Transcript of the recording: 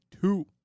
two